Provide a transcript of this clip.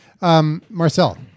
Marcel